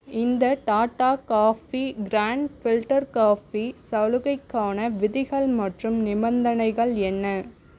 இந்த Tata coffee grand filter coffee சலுகைக்கான விதிகள் மற்றும் நிபந்தனைகள் என்ன